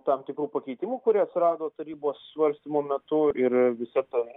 tam tikrų pakeitimų kurie atsirado tarybos svarstymo metu ir visa tai